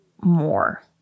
more